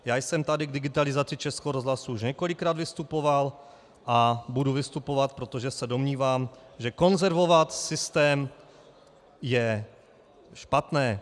Já jsem tady k digitalizaci Českého rozhlasu už několikrát vystupoval a budu vystupovat, protože se domnívám, že konzervovat systém je špatné.